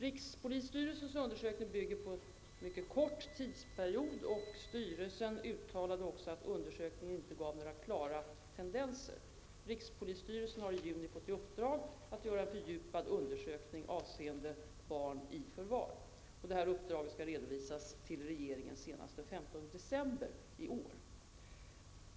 Rikspolisstyrelsens undersökning bygger på en mycket kort tidsperiod och styrelsen uttalade också att undersökningen inte gav några klara tendenser. Rikspolisstyrelsen har i juni fått i uppdrag att göra en fördjupad undersökning avseende barn i förvar. Detta uppdrag skall redovisas till regeringen senast den 15 december i år.